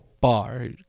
bar